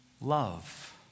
love